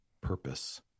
purpose